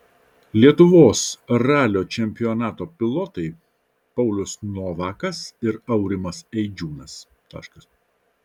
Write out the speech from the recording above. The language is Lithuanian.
lietuvos ralio čempionato pilotai paulius novakas ir aurimas eidžiūnas